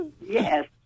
Yes